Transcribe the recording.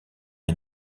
est